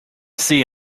see